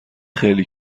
خیلی